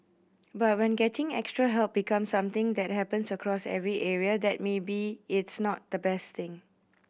but when getting extra help becomes something that happens across every area then maybe it's not the best thing